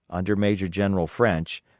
under major-general french,